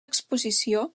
exposició